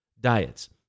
diets